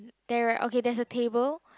there are okay there's a table